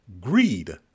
greed